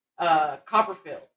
Copperfield